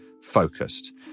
focused